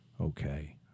okay